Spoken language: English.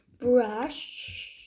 brush